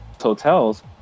hotels